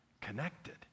connected